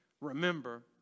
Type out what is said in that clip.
remember